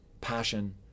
passion